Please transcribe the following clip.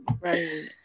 right